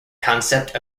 concept